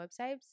websites